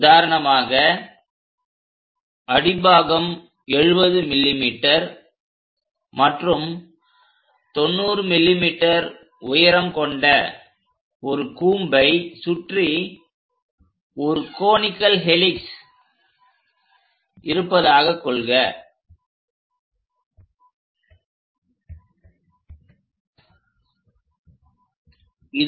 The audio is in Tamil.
உதாரணமாக அடிப்பாகம் 70 mm மற்றும் 90 mm உயரம் கொண்ட ஒரு கூம்பை சுற்றி ஒரு கோனிகல் ஹெலிக்ஸ் இருப்பதாக கருதுக